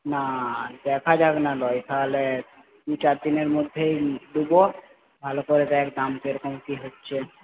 না দেখা যাবে না নয় তাহলে দু চার দিনের মধ্যেই দেব ভালো করে দেখ দাম কীরকম কী হচ্ছে